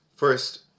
First